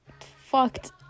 fucked